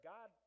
God